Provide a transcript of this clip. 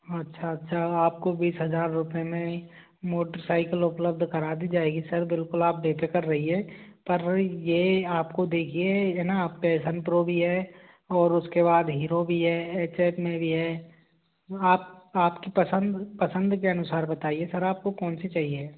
अच्छा अच्छा आपको बीस हजार रुपये मे मोटर साइकिल उपलब्ध करा दी जाएगी सर बिल्कुल आप बेफिक्र रहिए पर ये आप को देखिए ये ना पैशन प्रो भी है और उसके बाद हीरो भी है एच एच मे भी है आप आपकी पसंद पसंद के अनुसार बताइए सर आपको कौनसी चाहिए